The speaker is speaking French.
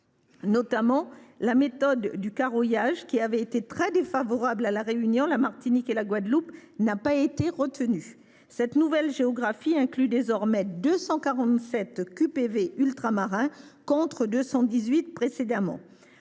Notamment, la méthode du carroyage, qui avait été très défavorable à La Réunion, à la Martinique et à la Guadeloupe, n’a pas été retenue. Cette nouvelle géographie inclut dorénavant 247 QPV ultramarins, contre 218 précédemment.